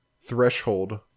threshold